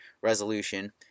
resolution